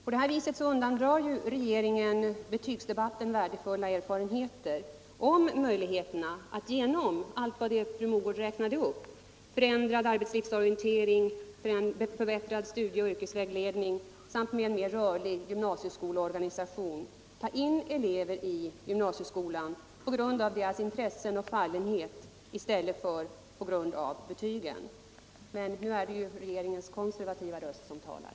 På det här viset undandrar regeringen betygsdebatten värdefulla erfarenheter när det gäller möjligheterna att genom allt det som fru Mogård räknade upp — förändrad arbetslivsorientering, förbättrad studie och yrkesvägledning samt en mer rörlig gymnasieskolorganisation — ta in elever i gymnasieskolan på grund av deras intressen och fallenhet i stället för på grund av deras betyg. Men det är regeringens konservativa röst som talar.